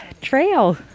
trail